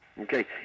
Okay